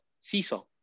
seesaw